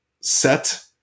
set